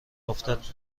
افتد